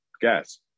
gas